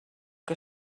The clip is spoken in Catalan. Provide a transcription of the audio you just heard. que